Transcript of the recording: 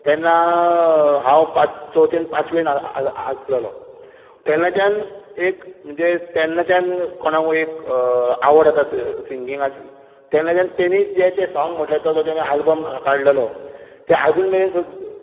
तेन्ना हांव चौथेन पांचवेन आसलेलो तेन्नाच्यान एक म्हणजे तेन्नाच्यान म्हणजे कोणाकूय एक आवड आसा सिंगीगाची तेन्नाच्यान ताणी जें तें सोंग म्हटलेलें तो आल्बम काडलेलो ते आजून मेरेन